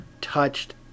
touched